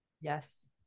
Yes